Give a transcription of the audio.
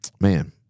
man